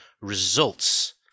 results